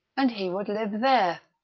and he would live there.